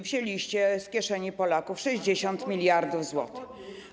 Wzięliście z kieszeni Polaków 60 mld zł.